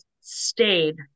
stayed